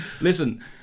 Listen